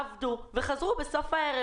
עבדו וחזרו בסוף הערב.